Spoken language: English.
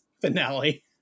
finale